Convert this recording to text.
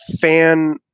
fan